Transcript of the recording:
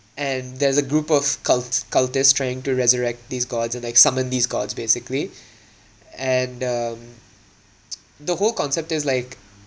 and there's a group of cults cultists trying to resurrect these gods and like summon these gods basically and um the whole concept is like